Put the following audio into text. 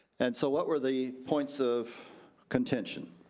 and so what were the points of contention,